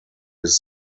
his